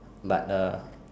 but uh